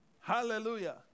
Hallelujah